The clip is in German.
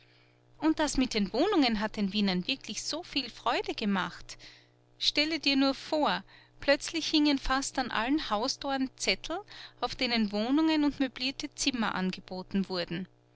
und das mit den wohnungen hat den wienern wirklich so viel freude gemacht stelle dir nur vor plötzlich hingen fast an allen haustoren zettel auf denen wohnungen und möblierte zimmer angeboten wurden